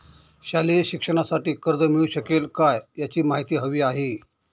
शालेय शिक्षणासाठी कर्ज मिळू शकेल काय? याची माहिती हवी आहे